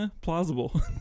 Plausible